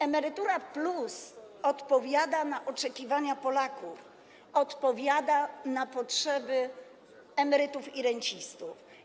Emerytura+” odpowiada na oczekiwania Polaków, odpowiada na potrzeby emerytów i rencistów.